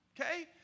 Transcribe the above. okay